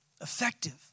effective